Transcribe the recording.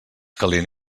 calent